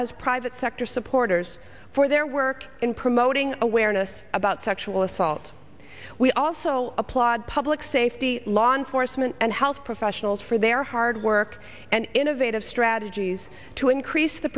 as private sector supporters for their work in promoting awareness about sexual assault we also applaud public safety law enforcement and health professionals for their hard work and innovative strategies to increase the